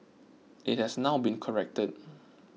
it has now been corrected